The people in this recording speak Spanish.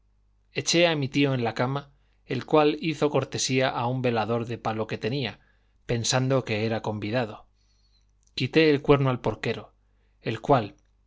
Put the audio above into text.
eché a mi tío en la cama el cual hizo cortesía a un velador de palo que tenía pensando que era convidado quité el cuerno al porquero el cual